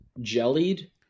Jellied